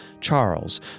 Charles